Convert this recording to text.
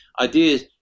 ideas